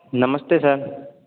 नमस्ते सर